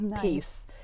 Peace